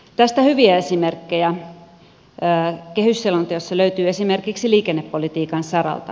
tästä hyviä esimerkkejä kehysselonteossa löytyy esimerkiksi liikennepolitiikan saralta